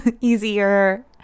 easier